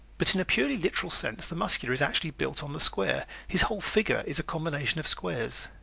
but in a purely literal sense the muscular is actually built on the square. his whole figure is a combination of squares.